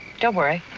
don't worry,